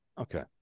Okay